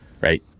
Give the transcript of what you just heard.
Right